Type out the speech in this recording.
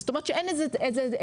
זאת אומרת שאין איזו צעקה